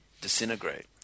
disintegrate